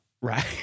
Right